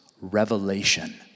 revelation